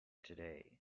today